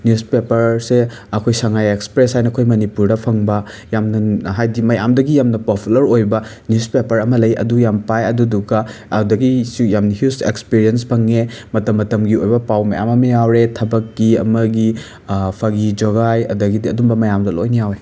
news ꯄꯦꯄꯔꯁꯦ ꯑꯩꯈꯣꯏ Sangai express ꯍꯥꯏꯅ ꯑꯩꯈꯣꯏ ꯃꯅꯤꯄꯨꯔꯗ ꯐꯪꯕ ꯌꯥꯝꯅ ꯍꯥꯏꯗꯤ ꯃꯌꯥꯝꯗꯒꯤ ꯌꯥꯝꯅ ꯄꯣꯄꯨꯂꯔ ꯑꯣꯏꯕ ꯅ꯭ꯌꯨꯁ ꯄꯦꯄꯔ ꯑꯃ ꯂꯩ ꯑꯗꯨ ꯌꯥꯝ ꯄꯥꯏ ꯑꯗꯨꯗꯨꯒ ꯑꯗꯨꯗꯒꯤꯁꯨ ꯌꯥꯝꯅ ꯍ꯭ꯌꯨꯖ ꯑꯦꯛꯁꯄꯤꯔꯤꯌꯦꯟꯁ ꯐꯪꯉꯦ ꯃꯇꯝ ꯃꯇꯝꯒꯤ ꯑꯣꯏꯕ ꯄꯥꯎ ꯃꯌꯥꯝ ꯑꯃ ꯌꯥꯎꯔꯦ ꯊꯕꯛꯀꯤ ꯑꯃꯒꯤ ꯐꯥꯒꯤ ꯖꯣꯒꯥꯏ ꯑꯗꯒꯤꯗꯤ ꯑꯗꯨꯝꯕ ꯃꯌꯥꯝꯗꯣ ꯂꯣꯏꯅ ꯌꯥꯎꯋꯦ